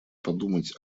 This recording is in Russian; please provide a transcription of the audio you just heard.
подумать